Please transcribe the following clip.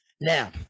Now